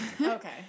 okay